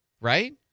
Right